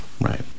Right